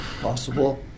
possible